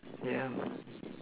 yeah